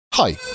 Hi